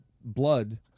blood